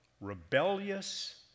rebellious